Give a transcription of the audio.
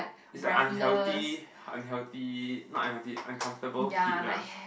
it's like unhealthy unhealthy not unhealthy uncomfortable heat lah